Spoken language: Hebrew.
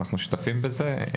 אנחנו שותפים בזה.